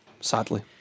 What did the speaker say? sadly